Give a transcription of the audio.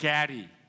Gaddy